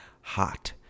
hot